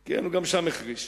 כן, גם שם הוא החריש.